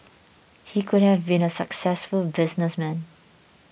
he could have been a successful businessman